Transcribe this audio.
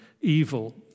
evil